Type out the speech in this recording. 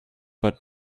but